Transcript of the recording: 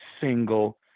single